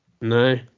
No